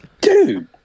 Dude